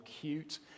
cute